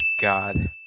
God